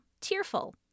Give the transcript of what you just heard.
tearful